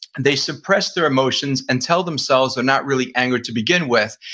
and they suppress their emotions and tell themselves they're not really angry to begin with,